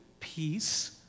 peace